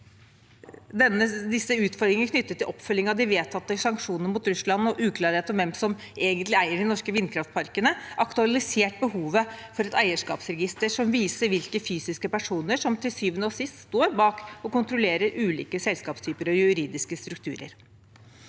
har utfordringer knyttet til oppfølgingen av de vedtatte sanksjonene mot Russland og uklarhet om hvem som egentlig eier de norske vindkraftparkene, aktualisert behovet for et eierskapsregister som viser hvilke fysiske personer som til syvende og sist står bak og kontrollerer ulike selskapstyper og juridiske strukturer.